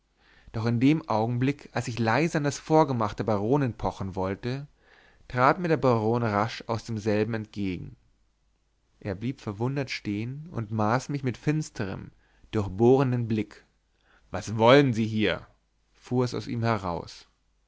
doch in dem augenblick als ich leise an das vorgemach der baronin pochen wollte trat mir der baron rasch aus demselben entgegen er blieb verwundert stehen und maß mich mit finsterm durchbohrenden blick was wollen sie hier fuhr es ihm heraus